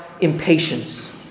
impatience